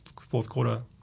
fourth-quarter